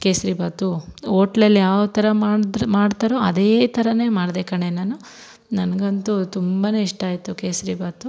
ಕೇಸ್ರಿಭಾತು ಓಟ್ಲಲ್ ಯಾವ ಥರ ಮಾಡಿದ್ರ್ ಮಾಡ್ತಾರೋ ಅದೇ ಥರನೇ ಮಾಡಿದೆ ಕಣೆ ನಾನು ನನಗಂತೂ ತುಂಬ ಇಷ್ಟ ಆಯಿತು ಕೇಸ್ರಿಭಾತು